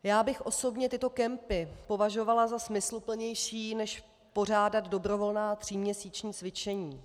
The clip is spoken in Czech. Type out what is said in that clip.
Já osobně bych tyto kempy považovala za smysluplnější než pořádat dobrovolná tříměsíční cvičení.